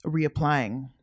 reapplying